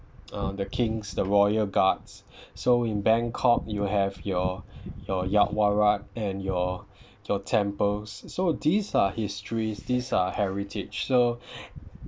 uh the king's the royal guards so in bangkok you have your your yaowarat and your your temples so these are history these are heritage so